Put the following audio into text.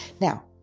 Now